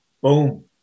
Boom